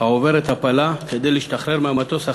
העוברת הפלה כדי להשתחרר מהמטוס החטוף.